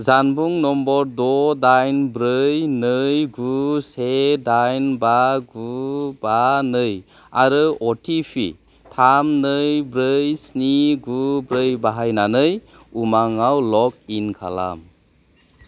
जानबुं नम्बर द' डाइन ब्रै नै गु से डाइन बा गु बा नै आरो अटिपि थाम नै ब्रै स्नि गु ब्रै बाहायनानै उमाङाव लग इन खालाम